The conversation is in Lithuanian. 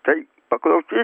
tai paklausykim